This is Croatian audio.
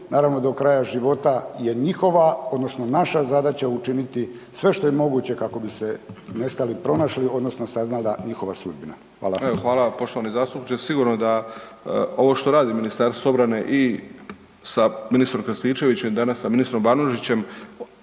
naravno do kraja života je njihova odnosno naša zadaća učiniti sve što je moguće kako bi se nestali pronašli odnosno saznala njihova sudbina. Hvala. **Deur, Ante (HDZ)** Hvala poštovani zastupniče. Sigurno da ovo što radi MORH i sa ministrom Krstičevićem, danas s ministrom Banožićem,